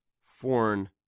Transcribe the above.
Foreign